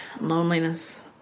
loneliness